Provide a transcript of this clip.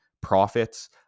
profits